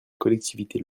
collectivités